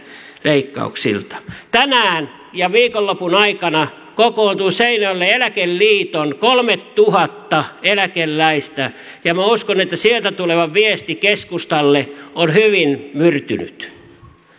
leikkauksilta tänään ja viikonlopun aikana kokoontuu seinäjoelle eläkeliiton kolmetuhatta eläkeläistä ja minä uskon että sieltä tuleva viesti keskustalle on hyvin myrtynyt